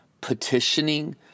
petitioning